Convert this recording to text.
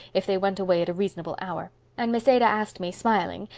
if they went away at a reasonable hour and miss ada asked me, smiling,